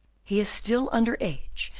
he is still under age,